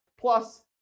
plus